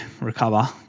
recover